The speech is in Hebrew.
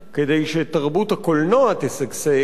כדי שתרבות הקולנוע תשגשג,